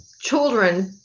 children